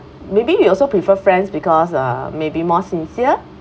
maybe you also prefer friends because uh may be more sincere